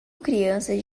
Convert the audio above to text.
crianças